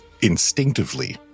instinctively